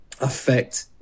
affect